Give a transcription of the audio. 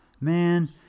Man